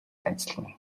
ажиллана